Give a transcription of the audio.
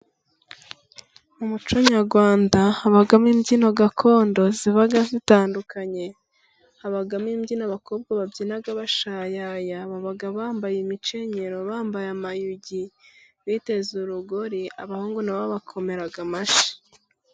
Mu muco Nyarwanda habamo imbyino gakondo ziba zitandukanye habamo imbyino abakobwa babyina bashayaya baba bambaye imicyenyero, bambaye amayugi, biteze urugori. Abahungu nabo bakomeraga amashyi.